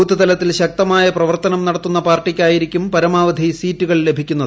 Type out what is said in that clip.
booth തലത്തിൽ ശക്തമായ പ്രവർത്തനം നടത്തുന്ന പാർട്ടിക്കായിരിക്കും പരമാവധി സീറ്റുകൾ ലഭിക്കുന്നത്